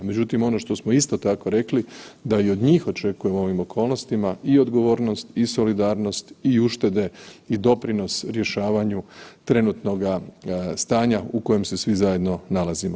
Međutim, ono što smo isto tako rekli da ih od njih očekujemo u ovim okolnostima i odgovornost i solidarnost i uštede i doprinos rješavanju trenutnoga stanja u kojem se svi zajedno nalazimo.